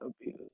abuse